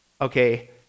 okay